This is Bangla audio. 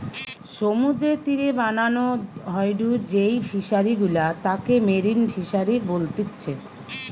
সমুদ্রের তীরে বানানো হয়ঢু যেই ফিশারি গুলা তাকে মেরিন ফিসারী বলতিচ্ছে